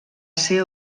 ser